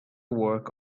work